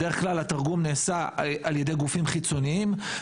בדרך כלל התרגום נעשה על ידי גופים חיצוניים,